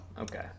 Okay